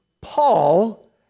Paul